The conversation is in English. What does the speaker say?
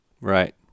right